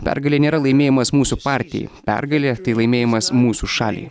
pergalė nėra laimėjimas mūsų partijai pergalė tai laimėjimas mūsų šaliai